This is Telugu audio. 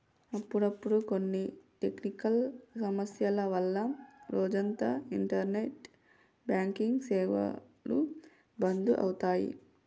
అప్పుడప్పుడు కొన్ని టెక్నికల్ సమస్యల వల్ల రోజంతా ఇంటర్నెట్ బ్యాంకింగ్ సేవలు బంధు అవుతాయి